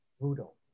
brutal